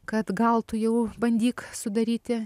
kad gal tu jau bandyk sudaryti